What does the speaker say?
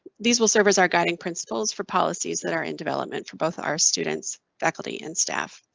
these will serve as our guiding principles for policies that are in development for both our students, faculty, and staff.